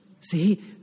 See